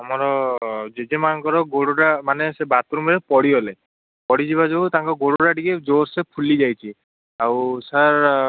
ଆମର ଜେଜେମାଙ୍କର ଗୋଡ଼ଟା ମାନେ ସେ ବାଥ୍ରୁମରେ ପଡ଼ିଗଲେ ପଡ଼ିଯିବା ଯୋଗୁଁ ତାଙ୍କ ଗୋଡ଼ଟା ଟିକିଏ ଜୋରସେ ଫୁଲି ଯାଇଛି ଆଉ ସାର୍